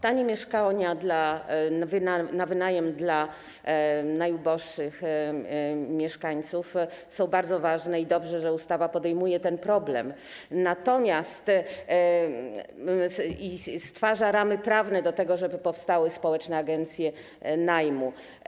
Tanie mieszkania na wynajem dla najuboższych mieszkańców są bardzo ważne i dobrze, że ustawa podejmuje ten problem i stwarza ramy prawne do tego, żeby powstały społeczne agencje najmu.